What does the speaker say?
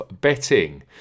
Betting